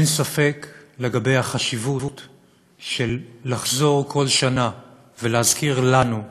אין ספק לגבי החשיבות של לחזור כל שנה ולהזכיר לנו,